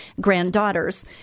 granddaughters